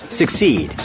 succeed